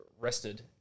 rested